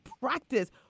practice